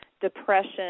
depression